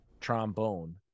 trombone